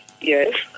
Yes